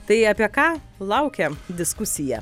tai apie ką laukia diskusija